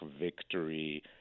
victory